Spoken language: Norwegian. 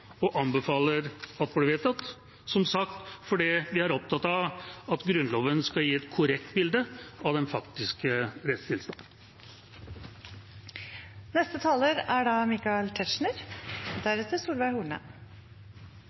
og anbefaler at blir vedtatt – som sagt fordi vi er opptatt av at Grunnloven skal gi et korrekt bilde av den faktiske